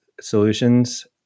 solutions